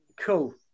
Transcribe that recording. cool